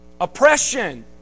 oppression